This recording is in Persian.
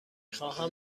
خواهم